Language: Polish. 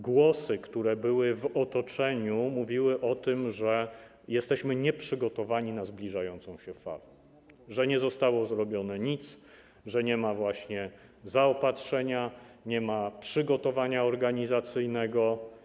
Głosy, które były w otoczeniu, mówiły o tym, że jesteśmy nieprzygotowani na zbliżającą się falę, że nic nie zostało zrobione, że nie ma zaopatrzenia, nie ma przygotowania organizacyjnego.